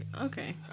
Okay